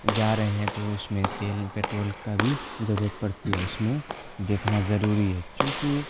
جا رہے ہیں تو اس میں تیل پٹرول کا بھی ضرورت پڑتی ہے اس میں دیکھنا ضروری ہے چونکہ